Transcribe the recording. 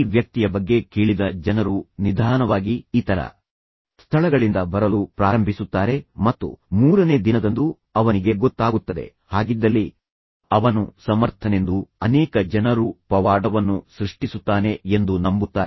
ಈ ವ್ಯಕ್ತಿಯ ಬಗ್ಗೆ ಕೇಳಿದ ಜನರು ನಿಧಾನವಾಗಿ ಇತರ ಸ್ಥಳಗಳಿಂದ ಬರಲು ಪ್ರಾರಂಭಿಸುತ್ತಾರೆ ಮತ್ತು ಮೂರನೇ ದಿನದಂದು ಅವನಿಗೆ ಗೊತ್ತಾಗುತ್ತದೆ ಹಾಗಿದ್ದಲ್ಲಿ ಅವನು ಸಮರ್ಥನೆಂದು ಅನೇಕ ಜನರು ಪವಾಡವನ್ನು ಸೃಷ್ಟಿಸುತ್ತಾನೆ ಎಂದು ನಂಬುತ್ತಾರೆ